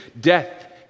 death